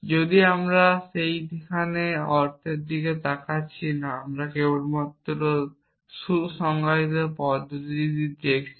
যদিও আমরা সেখানে অর্থের দিকে তাকাচ্ছি না আমরা কেবলমাত্র সু সংজ্ঞায়িত পদ্ধতিটি দেখছি